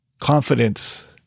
confidence